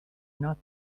not